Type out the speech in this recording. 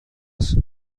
است